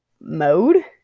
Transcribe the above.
Mode